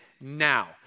Now